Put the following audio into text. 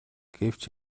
гэвч